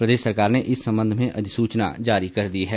प्रदेश सरकार ने इस संबंध में अधिसूचना जारी कर दी है